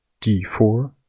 d4